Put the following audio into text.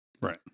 Right